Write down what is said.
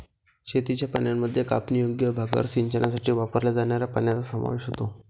शेतीच्या पाण्यामध्ये कापणीयोग्य भागावर सिंचनासाठी वापरल्या जाणाऱ्या पाण्याचा समावेश होतो